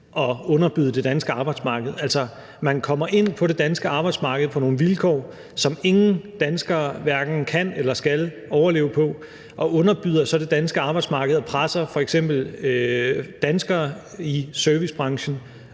at underbyde det danske arbejdsmarked. Altså, man kommer ind på det danske arbejdsmarked på nogle vilkår, som ingen danskere hverken kan eller skal overleve på, og underbyder så det danske arbejdsmarked og presser f.eks. danskere i servicebranchen